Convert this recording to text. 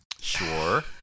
Sure